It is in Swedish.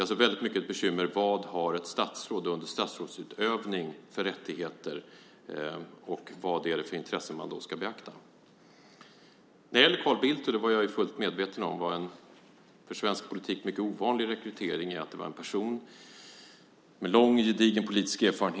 Bekymret gäller alltså i hög grad vad ett statsråd har för rättigheter under statsrådsutövning och vad det är för intressen som man då ska beakta. Jag var fullt medveten om att Carl Bildt var en för svensk del mycket ovanlig rekrytering i och med att det var en person med lång, gedigen politisk erfarenhet.